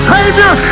Savior